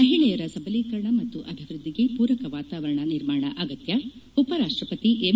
ಮಹಿಳೆಯರ ಸಬಲೀಕರಣ ಮತ್ತು ಅಭಿವ್ವದ್ಲಿಗೆ ಪೂರಕ ವಾತಾವರಣ ನಿರ್ಮಾಣ ಅಗತ್ಯ ಉಪರಾಷ್ಟ್ಯಪತಿ ಎಂ